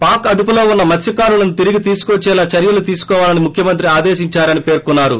పాక్ అదుపులో ఉన్న మత్సకారులను తిరిగి తీసుకొచ్చేలా చర్యలు తీసుకోవాలని ముఖ్యమంత్రి ఆదేశిందారని పేర్కొన్నారు